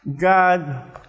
God